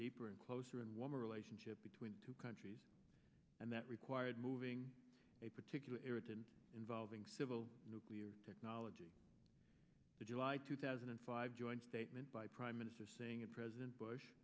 deeper and closer in warmer relationship between two countries and that required moving a particular irritant involving civil nuclear technology the july two thousand and five joint statement by prime minister saying that president bush